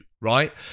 right